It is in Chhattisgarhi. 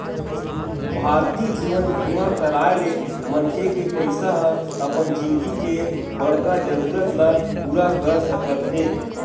भारतीय जीवन बीमा कराय ले मनखे के पइसा ह अपन जिनगी के बड़का जरूरत ल पूरा कर सकत हे